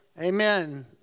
Amen